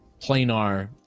planar